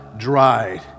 dried